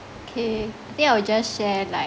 K I think I will just share like